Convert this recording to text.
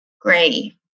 gray